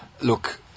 look